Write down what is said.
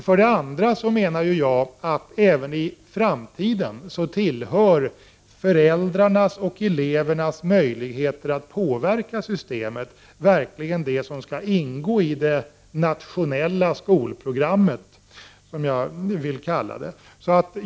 För det andra menar jag att föräldrarnas och elevernas möjligheter att påverka systemet även i framtiden verkligen skall ingå i det nationella skolprogrammet, som jag vill kalla det.